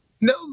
No